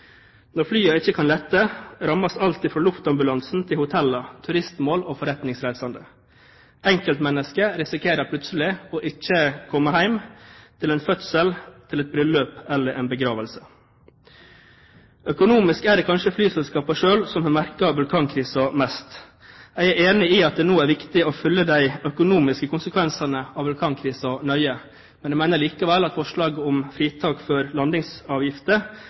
Når flyene ikke kan lette, rammes alt fra luftambulansen til hoteller, turistmål og forretningsreisende. Enkeltmennesket risikerer plutselig ikke å komme hjem til en fødsel, til et bryllup eller en begravelse. Økonomisk sett er det kanskje flyselskapene selv som har merket vulkankrisen mest. Jeg er enig i at det nå er viktig å følge de økonomiske konsekvensene av vulkankrisen nøye, men jeg mener likevel at forslaget om fritak for landingsavgifter